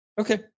Okay